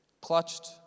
clutched